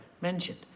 Mentioned